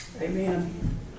Amen